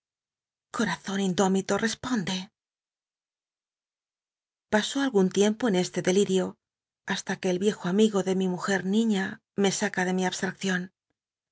corazon indómito responde paso algun tiempo en este delirio hasta que el viejo am igo de mi mujer niña me saca de mi abstraccion